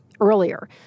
earlier